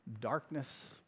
darkness